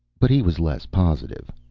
but he was less positive.